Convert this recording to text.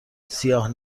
سیاه